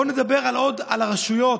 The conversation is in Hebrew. בואו נדבר עוד על הרשויות.